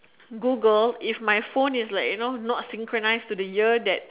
Google if my phone is like you know not synchronised to the year that